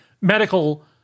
medical